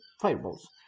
fireballs